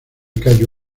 cayo